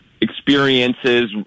experiences